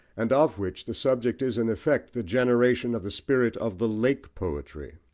and of which the subject is, in effect, the generation of the spirit of the lake poetry.